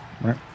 right